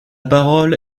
parole